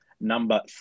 number